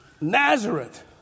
Nazareth